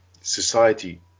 society